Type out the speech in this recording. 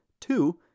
two